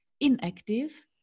inactive